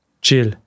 chill